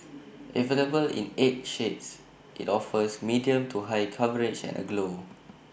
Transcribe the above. available in eight shades IT offers medium to high coverage and A glow